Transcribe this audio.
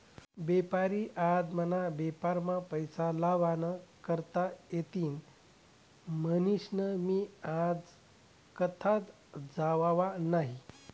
बेपारी आज मना बेपारमा पैसा लावा ना करता येतीन म्हनीसन मी आज कथाच जावाव नही